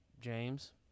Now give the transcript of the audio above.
James